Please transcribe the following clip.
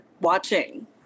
watching